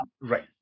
Right